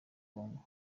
congo